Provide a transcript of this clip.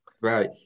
right